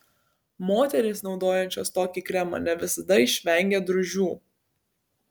moterys naudojančios tokį kremą ne visada išvengia drūžių